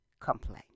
complain